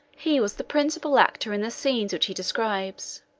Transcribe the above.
he was the principal actor in the scenes which he describes.